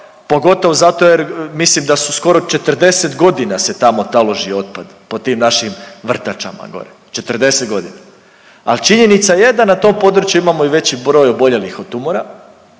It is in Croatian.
pogotovo zato jer mislim da su skoro 40 godina se tamo taloži otpad pod tim našim vrtačama gore, 40 godina. Ali činjenica je da na tom području imamo i veći broj oboljelih od tumora,